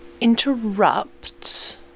interrupt